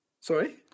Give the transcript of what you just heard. Sorry